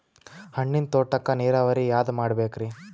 ಹಣ್ಣಿನ್ ತೋಟಕ್ಕ ನೀರಾವರಿ ಯಾದ ಮಾಡಬೇಕ್ರಿ?